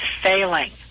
failing